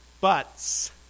buts